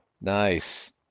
Nice